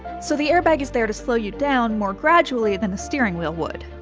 so the airbag is there to slow you down more gradually than a steering wheel would.